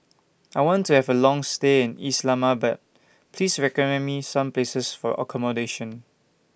I want to Have A Long stay in Islamabad Please recommend Me Some Places For accommodation